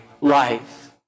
life